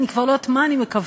אני כבר לא יודעת מה אני מקווה,